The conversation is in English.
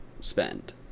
spend